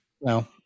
No